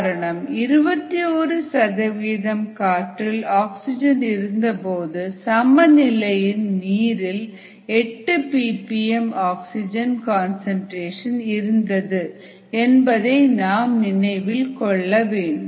காரணம் 21 சதவிகிதம் காற்றில் ஆக்சிஜன் இருந்தபோது சமநிலையில் நீரில் 8ppm ஆக்சிஜன் கன்சன்ட்ரேஷன் இருந்தது என்பதை நாம் நினைவில் கொள்ளவேண்டும்